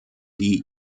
die